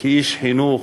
כאיש חינוך,